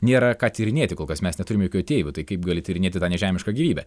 nėra ką tyrinėti kol kas mes neturim jokių ateivių tai kaip gali tyrinėti tą nežemišką gyvybę